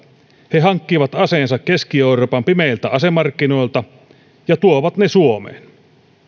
he hankkivat aseensa keski euroopan pimeiltä asemarkkinoilta ja tuovat ne suomeen